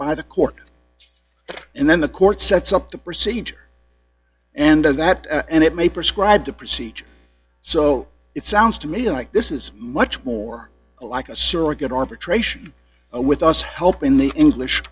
by the court and then the court sets up the procedure and on that and it may prescribe the procedure so it sounds to me like this is much more like a surrogate arbitration with us helping the english